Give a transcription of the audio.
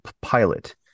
pilot